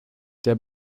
der